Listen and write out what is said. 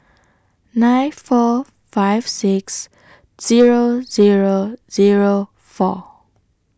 nine four five six Zero Zero Zero four